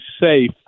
safe